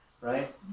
Right